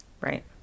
Right